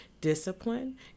discipline